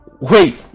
Wait